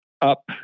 up